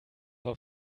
auf